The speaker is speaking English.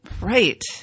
Right